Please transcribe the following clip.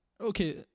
Okay